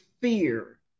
fear